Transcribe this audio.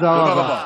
תודה רבה.